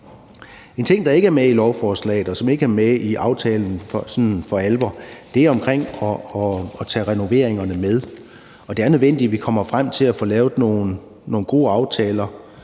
En ting, der ikke er med i lovforslaget, og som ikke er med i aftalen for alvor, er spørgsmålet om at tage renoveringerne med. Det er nødvendigt, at vi kommer frem til at få lavet nogle gode aftaler